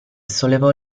sollevò